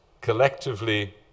collectively